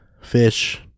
fish